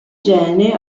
gene